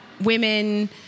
women